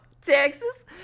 Texas